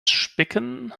spicken